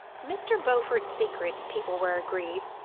mr. beaufort's secret, people were agreed,